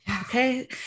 Okay